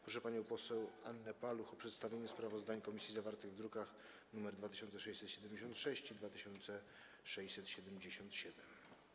Proszę panią poseł Annę Paluch o przedstawienie sprawozdań komisji zawartych w drukach nr 2676 i 2677.